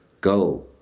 go